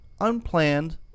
unplanned